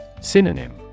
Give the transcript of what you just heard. Synonym